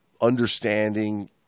understanding